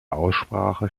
aussprache